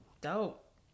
Dope